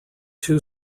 two